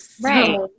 Right